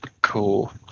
Cool